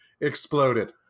exploded